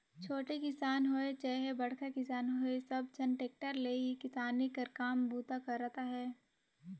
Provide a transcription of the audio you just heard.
छोटे किसान होए चहे बड़खा किसान होए सब झन टेक्टर ले ही किसानी कर काम बूता करत अहे